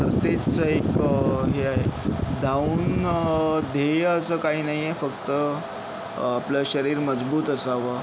तर तेच एक हे आहे धावून ध्येय असं काही नाही आहे फक्त आपलं शरीर मजबूत असावं